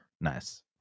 Nice